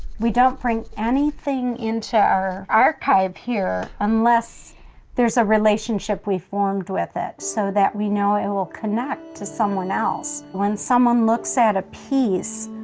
we don't bring anything into our archive here unless there's a relationship we've formed with it, so that we know it will connect to someone else. when someone looks at a piece,